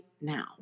now